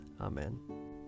Amen